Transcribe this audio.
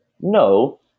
No